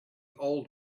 old